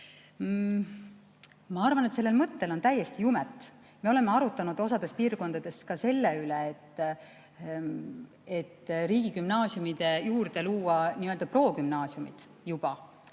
arvan, et sellel teie mõttel on täiesti jumet. Me oleme arutanud osas piirkondades ka selle üle, et riigigümnaasiumide juurde luua juba